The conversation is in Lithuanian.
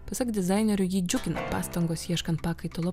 pasak dizainerių jį džiugina pastangos ieškant pakaitalo